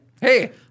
Hey